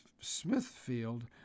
Smithfield